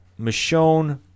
Michonne